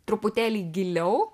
truputėlį giliau